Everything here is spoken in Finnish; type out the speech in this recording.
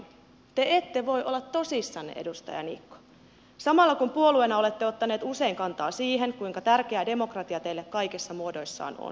te ette voi olla tosissanne edustaja niikko samalla kun puolueena olette ottaneet usein kantaa siihen kuinka tärkeä demokratia teille kaikissa muodoissaan on